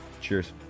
Cheers